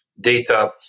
data